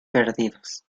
perdidos